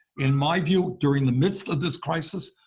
in my view, during the midst of this crisis,